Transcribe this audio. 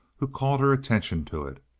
who called her attention to it.